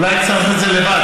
אולי נצרף את זה לבד.